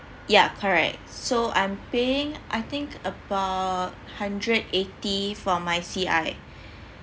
ya correct so I'm paying I think about hundred eighty for my C_I